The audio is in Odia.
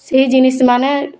ସେ ଜିନିଷ୍ମାନେ